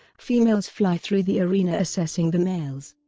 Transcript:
females fly through the arena assessing the males.